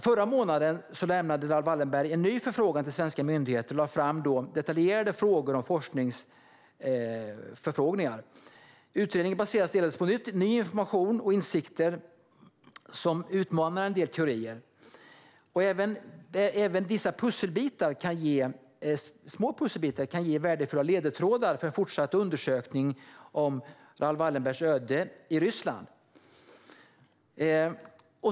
Förra månaden lämnade Raoul Wallenbergs familj en ny förfrågan till svenska myndigheter och lade fram detaljerade frågor om forskning. Utredningen baserades på ny information och insikter som utmanar en del teorier. Även små pusselbitar kan ge värdefulla ledtrådar för fortsatt undersökning om Raoul Wallenbergs öde i Ryssland.